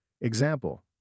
Example